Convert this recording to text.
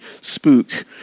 spook